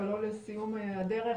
אבל לא לסיום הדרך.